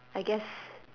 I guess